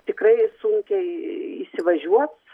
tikrai sunkiai įsivažiuos